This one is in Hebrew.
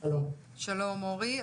שלום, אורי.